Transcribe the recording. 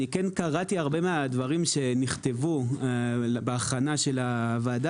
קראתי הרבה מהדברים שנכתבו בהכנה לישיבה,